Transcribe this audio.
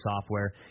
software